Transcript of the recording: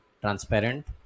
transparent